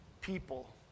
people